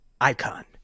Icon